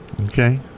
Okay